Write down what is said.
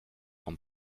vom